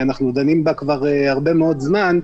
שאנחנו דנים בה כבר הרבה מאוד זמן,